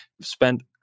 spent